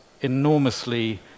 enormously